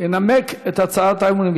ינמק את הצעת האמון,